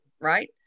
right